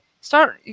start